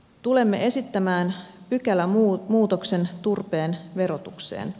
tulemme esittämään pykälämuutoksen turpeen verotukseen